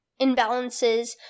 imbalances